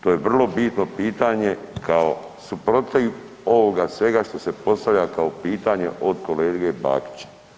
To je vrlo bitno pitanje kao suprotiv ovoga što se postavlja kao pitanje od kolege Bakića.